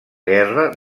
guerra